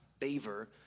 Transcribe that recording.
favor